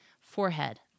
Forehead